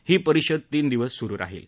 ही परिषद तीन दिवस सुरु राहील